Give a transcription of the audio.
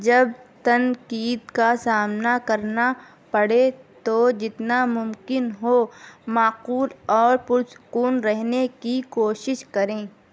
جب تنقید کا سامنا کرنا پڑے تو جتنا ممکن ہو معقول اور پرسکون رہنے کی کوشش کریں